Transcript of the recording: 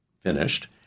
finished